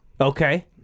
Okay